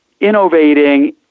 innovating